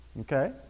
Okay